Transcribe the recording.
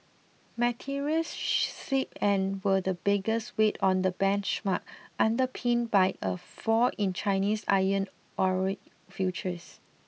materials slipped and were the biggest weight on the benchmark underpinned by a fall in Chinese iron ore futures